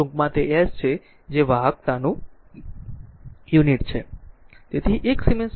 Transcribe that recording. ટૂંકમાં તે s છે જે વાહકતાનું r યુનિટ છે